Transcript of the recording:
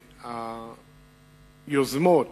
היוזמות,